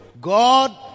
God